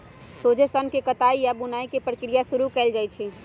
सोझे सन्न के कताई आऽ बुनाई के प्रक्रिया शुरू कएल जाइ छइ